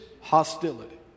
hostility